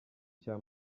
cya